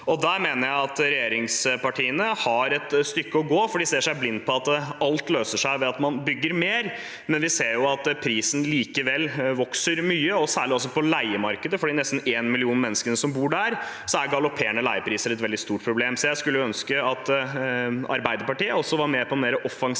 dag. Der mener jeg at regjeringspartiene har et stykke å gå, for de ser seg blinde på at alt løser seg ved at man bygger mer. Men vi ser jo at prisene likevel vokser mye, særlig på leiemarkedet. For de nesten en million menneskene som bor der, er galopperende leiepriser et veldig stort problem. Så jeg skulle ønske at Arbeiderpartiet også var med på en mer offensiv